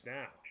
now